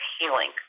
healing